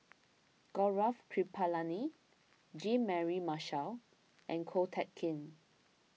Gaurav Kripalani Jean Mary Marshall and Ko Teck Kin